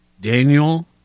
Daniel